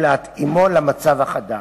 ולהתאימו למצב החדש.